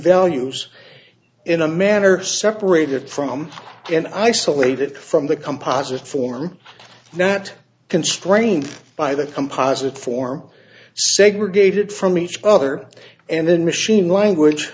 values in a manner separated from and isolated from the composite form not constrained by the composite form segregated from each other and then machine language